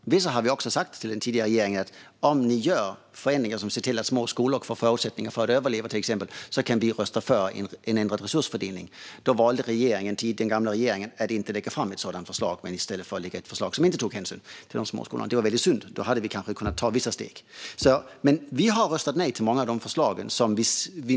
Om vissa sa vi till den tidigare regeringen: Om ni till exempel gör förändringar som innebär att små skolor får förutsättningar att överleva kan vi rösta för en ändrad resursfördelning. Den tidigare regeringen valde ändå att inte lägga fram ett förslag som tog hänsyn till de små skolorna. Det var synd. Vi hade kanske kunnat ta vissa steg. Vi har röstat nej till många av förslagen.